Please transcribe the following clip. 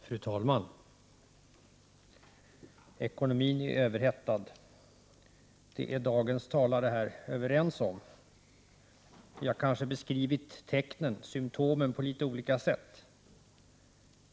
Fru talman! Ekonomin är överhettad, det är dagens talare överens om. Vi har kanske beskrivit tecknen och symtomen på litet olika sätt.